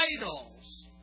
idols